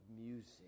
music